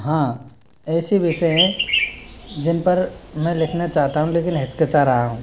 हाँ ऐसे विषय हैं जिन पर मैं लिखना चाहता हूँ लेकिन हिचकिचा रहा हूँ